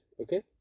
okay